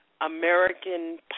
American